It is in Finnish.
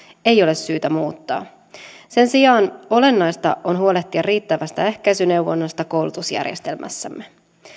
ei ole syytä muuttaa sen sijaan olennaista on huolehtia riittävästä ehkäisyneuvonnasta koulutusjärjestelmässämme